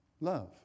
Love